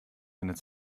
eine